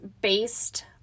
based